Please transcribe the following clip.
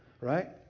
Right